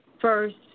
first